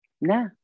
Nah